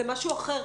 זה משהו אחר,